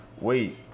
Wait